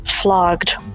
flogged